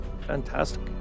Fantastic